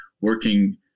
working